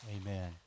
Amen